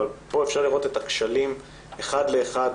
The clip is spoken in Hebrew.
פה אפשר לראות את הכשלים אחד לאחד